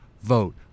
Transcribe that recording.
Vote